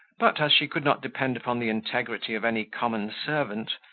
but as she could not depend upon the integrity of any common servant,